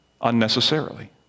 unnecessarily